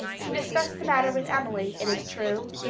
she discussed the matter with emily, it is true,